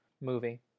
movie